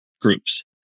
groups